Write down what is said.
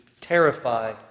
terrify